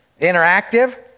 interactive